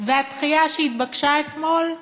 והדחייה שהתבקשה אתמול,